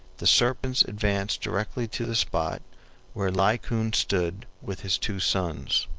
the serpents advanced directly to the spot where laocoon stood with his two sons.